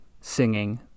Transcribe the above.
singing